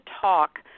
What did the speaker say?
talk